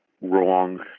wrong